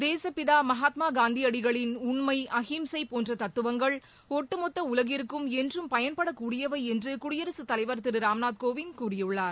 தேசப்பிதா மகாத்மா காந்தியடிகளின் உண்மை அகிம்சை போன்ற தத்துவங்கள் ஒட்டுமொத்த உலகிற்கும் என்றும் பயன்படக் கூடியவை என்று குடியரகத் தலைவர் திரு ராம்நாத் கோவிந்த் கூறியுள்ளார்